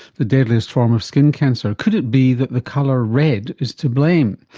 the deadliest form of skin cancer? could it be that the colour red is to blame?